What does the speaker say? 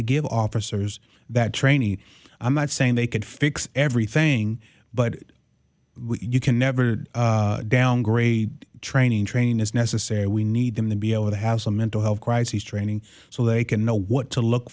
to give officers that trainee i'm not saying they could fix everything but you can never downgrade training training is necessary we need them to be over the house on mental health crises training so they can know what to look